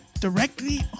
directly